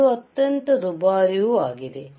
ಇದು ಅತ್ಯಂತ ದುಬಾರಿಯೂ ಆಗಿದೆ